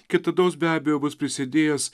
kitados be abejo bus prisidėjęs